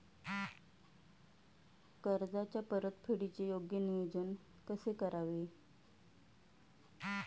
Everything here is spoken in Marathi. कर्जाच्या परतफेडीचे योग्य नियोजन कसे करावे?